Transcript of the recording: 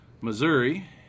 Missouri